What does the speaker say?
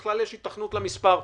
יש בכלל היתכנות למספר הזה?